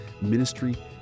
ministry